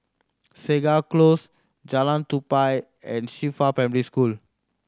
Segar Close Jalan Tupai and Qifa Primary School